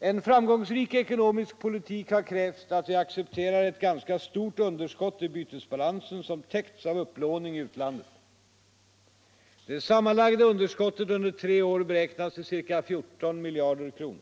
En framgångsrik ekonomisk politik har krävt att vi accepterar ett ganska stort underskott i bytesbalansen, som täcks av upplåning i utlandet. Det sammanlagda underskottet under tre år beräknas till ca 14 miljarder kronor.